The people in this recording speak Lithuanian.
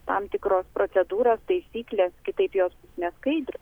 tam tikros procedūros taisyklės kitaip jos neskaidrios